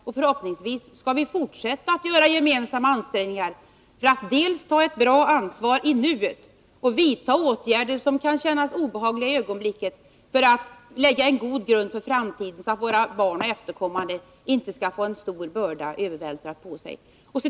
Och förhoppningsvis skall vi fortsätta att göra gemensamma ansträngningar för att ta ansvar i nuet och för att vidta åtgärder, som kan kännas obehagliga för ögonblicket, för att lägga en god grund för framtiden — så att våra barn och efterkommande inte skall få en stor börda övervältrad på sig.